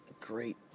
great